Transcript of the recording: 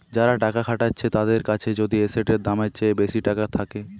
যারা টাকা খাটাচ্ছে তাদের কাছে যদি এসেটের দামের চেয়ে বেশি টাকা থাকে